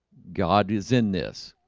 god is in this.